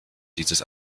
dieses